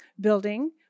building